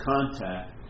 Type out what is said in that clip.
contact